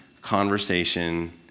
conversation